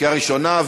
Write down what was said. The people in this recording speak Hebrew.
לקריאה ראשונה,